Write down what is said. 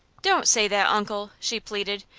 don't say that, uncle, she pleaded.